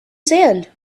sand